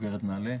בוגרת נעל"ה,